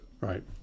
Right